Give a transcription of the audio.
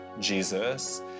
Jesus